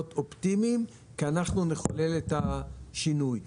אופטימיים כי אנחנו נחולל את השינוי.